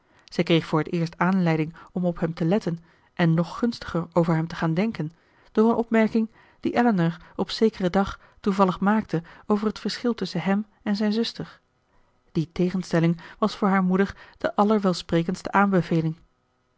zij kreeg voor t eerst aanleiding om op hem te letten en nog gunstiger over hem te gaan denken door eene opmerking die elinor op zekeren dag toevallig maakte over het verschil tusschen hem en zijn zuster die tegenstelling was voor haar moeder de allerwelsprekendste aanbeveling